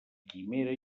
quimera